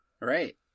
Right